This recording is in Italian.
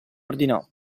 ordinò